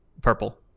Purple